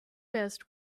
best